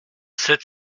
sept